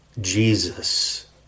Jesus